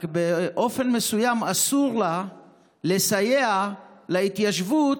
רק באופן מסוים אסור לה לסייע להתיישבות